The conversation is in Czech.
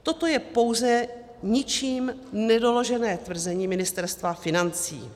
Toto je pouze ničím nedoložené tvrzení Ministerstva financí.